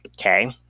okay